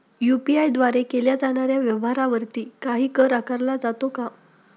UPI द्वारे केल्या जाणाऱ्या व्यवहारावरती काही कर आकारला जातो का?